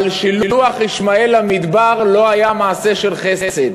אבל שילוח ישמעאל למדבר לא היה מעשה של חסד.